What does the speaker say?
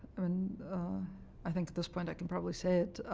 um and i think at this point i can probably say it.